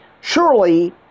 Surely